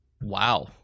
wow